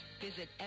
Visit